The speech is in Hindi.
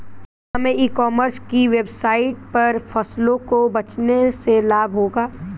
क्या हमें ई कॉमर्स की वेबसाइट पर फसलों को बेचने से लाभ होगा?